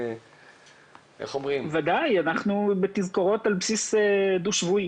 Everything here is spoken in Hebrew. בוודאי, אנחנו בתזכורות על בסיס דו-שבועי.